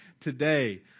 today